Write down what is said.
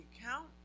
account